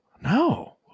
no